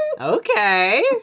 Okay